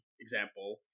example